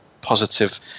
positive